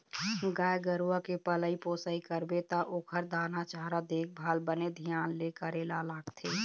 गाय गरूवा के पलई पोसई करबे त ओखर दाना चारा, देखभाल बने धियान ले करे ल लागथे